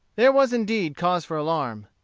there was indeed cause for alarm.